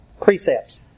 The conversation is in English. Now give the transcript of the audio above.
Precepts